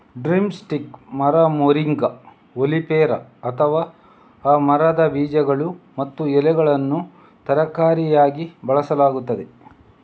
drum stick ಮರ, moringa oleifera, ಅಥವಾ ಆ ಮರದ ಬೀಜಗಳು ಮತ್ತು ಎಲೆಗಳನ್ನು ತರಕಾರಿಯಾಗಿ ಬಳಸಲಾಗುತ್ತದೆ